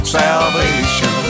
salvation